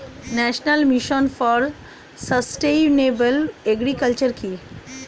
National mission for sustainable agriculture কি?